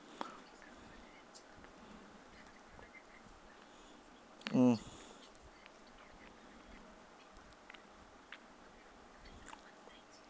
mm